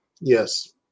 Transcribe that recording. Yes